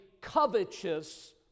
covetous